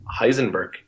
heisenberg